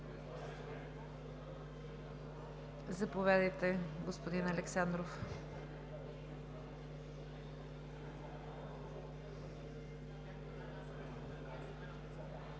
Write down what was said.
Заповядайте, господин Александров.